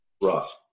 rough